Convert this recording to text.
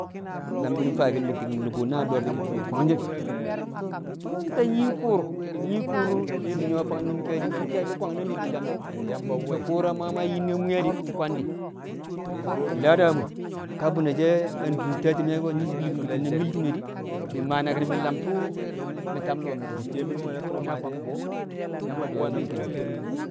la̱mki̱n fa̱a̱ki̱n di̱ ti̱ng nu̱bu̱ na̱ do̱r yum fii o̱ kwa̱ngshin too fo̱no̱ nta̱ nyii kur, nyii kur nnyu̱wo̱ fa̱ng nyi̱m ke̱e̱di so̱ ke̱e̱bi̱ kwa̱ngshi nibi la̱mshi so̱ na̱ kur ma maa yim ne̱ mwi̱ye̱ di̱ kwa̱ngdi̱, mi̱ da̱dda̱a̱ mun ka bune̱ she̱ a dur te̱ti̱me̱ dil bu̱ti̱n na̱ mi̱ltime̱ di̱, mi̱ ma̱ naki̱n mi̱ lam tu̱u̱ mi̱ ta̱b lo̱o̱ me̱ di̱ di̱ shi̱ne̱ ki̱na kwang buwo. Ya̱mba̱ do nyinum ki̱na.